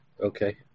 Okay